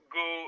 go